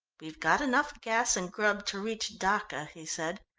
we've got enough gas and grub to reach dacca, he said.